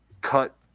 cut